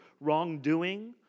wrongdoing